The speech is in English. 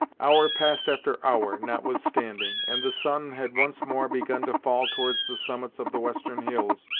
hour passed after hour, notwithstanding, and the sun had once more begun to fall towards the summits of the western hills,